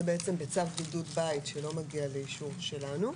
זה בצו בידוד בית שלא מגיע לאישור שלנו,